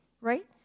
right